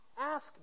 ask